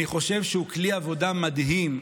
אני חושב שהוא כלי עבודה מדהים.